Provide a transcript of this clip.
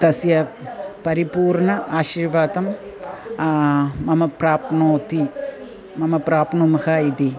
तस्य परिपूर्णम् आशीर्वादं मम प्राप्नोति मम प्राप्नुमः इति